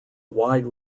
wide